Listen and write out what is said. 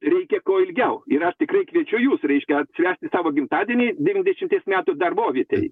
reikia kuo ilgiau ir aš tikrai kviečiu jus reiškia atšvęsti savo gimtadienį devyniasdešimties metų darbovietėj